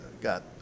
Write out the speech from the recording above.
got